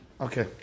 Okay